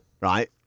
right